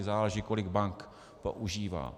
Záleží, kolik bank používá.